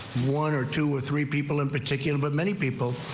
one or two or three people in particular but many people.